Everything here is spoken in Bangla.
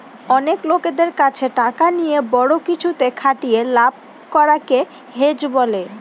অনেক লোকদের কাছে টাকা নিয়ে বড়ো কিছুতে খাটিয়ে লাভ করাকে হেজ বলে